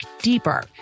deeper